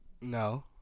No